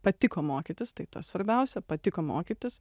patiko mokytis tai tas svarbiausia patiko mokytis